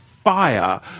fire